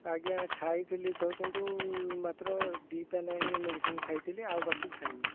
ଆଜ୍ଞା ଖାଇଥିଲି ତ କିନ୍ତୁ ମାତ୍ର ଦୁଇ ପାନେ ମେଡ଼ିସିନ୍ ଖାଇଥିଲି ଆଉ ବାକି ଖାଇନି